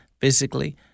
physically